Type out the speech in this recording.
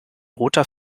roter